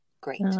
Great